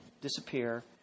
disappear